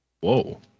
Whoa